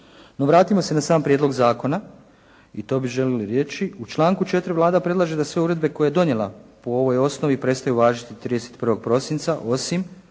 No, vratimo se na sam prijedlog zakona i to bismo željeli reći. U članku 4. Vlada predlaže da sve uredbe koje je donijela po ovoj osnovi prestaju važiti 31. prosinca osim